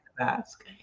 ask